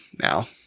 now